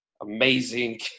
amazing